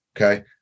Okay